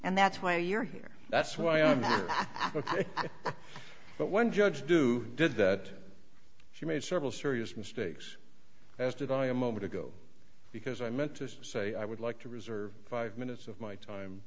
and that's why you're here that's why i'm ok but one judge do did that she made several serious mistakes as did i a moment ago because i meant to say i would like to reserve five minutes of my time